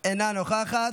אינה נוכחת,